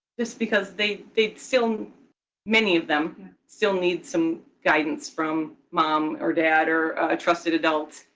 just because they they still many of them still need some guidance from mom or dad or a trusted adult,